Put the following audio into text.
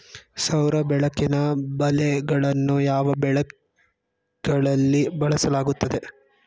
ಸೌರ ಬೆಳಕಿನ ಬಲೆಗಳನ್ನು ಯಾವ ಬೆಳೆಗಳಲ್ಲಿ ಬಳಸಲಾಗುತ್ತದೆ?